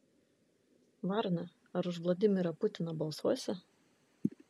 varna ar už vladimirą putiną balsuosi